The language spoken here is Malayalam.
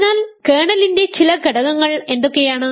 അതിനാൽ കേർണലിന്റെ ചില ഘടകങ്ങൾ എന്തൊക്കെയാണ്